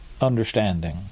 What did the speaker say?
understanding